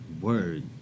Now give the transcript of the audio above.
word